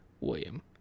William